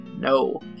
No